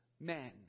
men